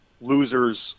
losers